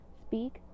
Speak